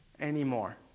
anymore